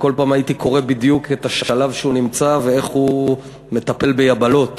וכל פעם הייתי קורא בדיוק את השלב שבו הוא נמצא ואיך הוא מטפל ביבלות,